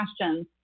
questions